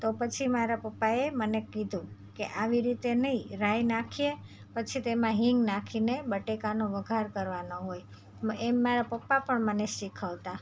તો પછી મારા પપ્પાએ મને કીધું કે આવી રીતે નહીં રાઈ નાખીએ પછી તેમાં હિંગ નાખીને બટાકાનો વઘાર કરવાનો હોય એમ મારા પપ્પા પણ મને શીખવતા